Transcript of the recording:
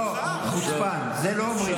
לא, "חוצפן" את זה לא אומרים.